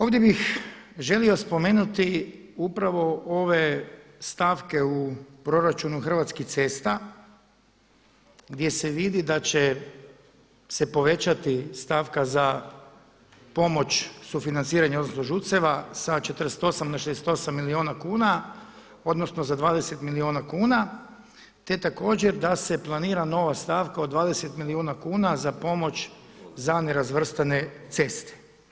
Ovdje bih želio spomenuti upravo ove stavke u proračunu Hrvatskih cesta gdje se vidi da će se povećati stavka za pomoć sufinanciranja odnosno ŽUC-eva sa 48 na 68 milijuna kuna odnosno za 20 milijuna kuna, te također da se planira nova stavka od 20 milijuna kuna za pomoć za nerazvrstane ceste.